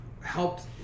helped